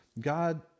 God